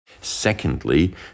Secondly